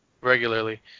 regularly